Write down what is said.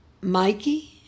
Mikey